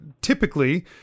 typically